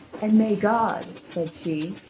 and may god, said she,